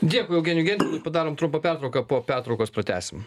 dėkui eugenijui gentvilui padarom trumpą pertrauką po pertraukos pratęsim